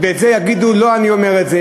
ולא אני אומר את זה,